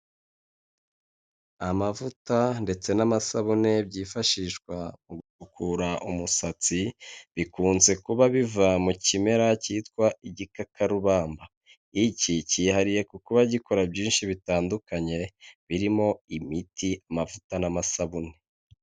Amavuta ndetse n'amasabune byifashishwa mu gukurura umusatsi bikunze kuba biva mu kimera cyitwa igikarubamba, iki cyihariye mu kuba gikora byinshi bitandukanye birimo imiti amavuta n'amasabune.